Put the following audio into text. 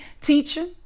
teaching